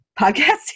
Podcast